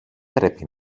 πρέπει